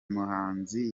muhanzi